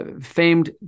famed